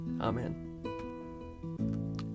Amen